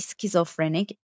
schizophrenic